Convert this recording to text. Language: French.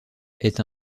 est